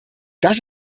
das